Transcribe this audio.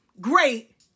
great